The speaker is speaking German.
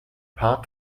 paar